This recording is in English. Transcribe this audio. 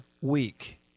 Week